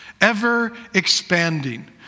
ever-expanding